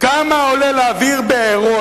כמה עולה להבעיר בעירות?